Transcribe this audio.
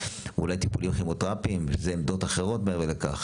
אולי טיפולים כימותרפיים ועמדות אחרות לכך